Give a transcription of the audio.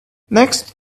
next